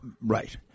Right